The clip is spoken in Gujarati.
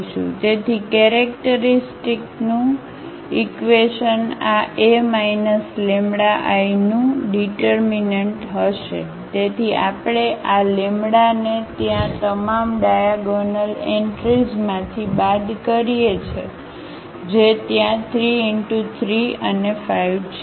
તેથી કેરેક્ટરિસ્ટિકનું ઈક્વેશન આA λIનું ડીટરમીનન્ટહશે તેથી આપણે આ λ ને ત્યાં તમામ ડાયાગોનલ એન્ટ્રીઝમાંથી બાદ કરીએ જે ત્યાં 3 × 3 અને 5 છે